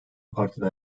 partiden